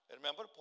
Remember